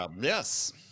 Yes